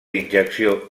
injecció